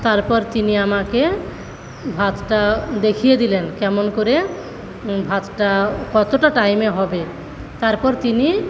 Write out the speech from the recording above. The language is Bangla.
তারপর তিনি আমাকে ভাতটা দেখিয়ে দিলেন কেমন করে ভাতটা কতটা টাইমে হবে তারপর তিনি